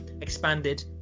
expanded